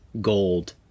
gold